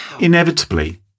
Inevitably